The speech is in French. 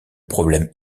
problème